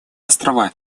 острова